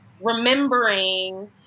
remembering